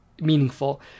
meaningful